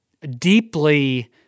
deeply